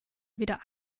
weder